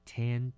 ten